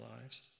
lives